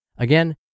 Again